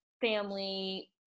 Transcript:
family